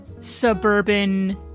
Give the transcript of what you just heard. suburban